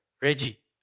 Reggie